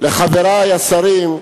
לחברי השרים,